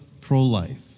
pro-life